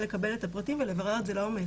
לקבל את הפרטים ולברר את זה לעומק.